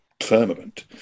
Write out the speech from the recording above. firmament